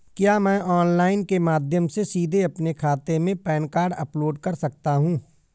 क्या मैं ऑनलाइन के माध्यम से सीधे अपने खाते में पैन कार्ड अपलोड कर सकता हूँ?